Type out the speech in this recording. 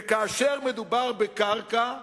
וכאשר מדובר בקרקע,